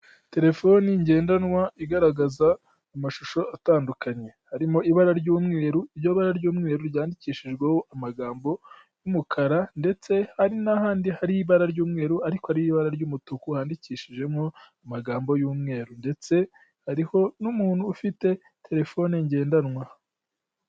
Telefoni ngendanwa igaragaza amashusho atandukanye. Harimo ibara ry'umweru iryo bara ry'umweru ryandikishijweho amagambo y'umukara, ndetse hari n'ahandi hari ibara ry'umweru ariko ari ibara ry'umutuku ryandikishijemo amagambo y'umweru ndetse hariho n'umuntu ufite telefoni ngendanwa.